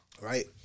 Right